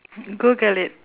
google it